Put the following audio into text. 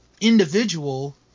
individual